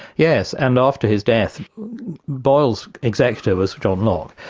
yes, and after his death boyle's executor was john locke,